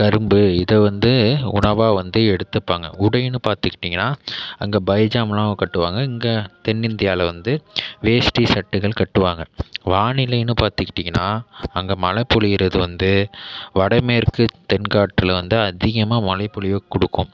கரும்பு இது வந்து உணவாக வந்து எடுத்துப்பாங்க உடைன்னு பார்த்துக்கிட்டிங்ன்னா அங்கே பைஜாமாலாம் கட்டுவாங்க இங்கே தென்னிந்தியாவில் வந்து வேஷ்டி சட்டைகள் கட்டுவாங்க வானிலைன்னு பார்த்துக்கிட்டிங்ன்னா அங்கே மழை பொழியறது வந்து வடமேற்கு தென் காற்றில் வந்து அதிகமாக மழை பொழிவு கொடுக்கும்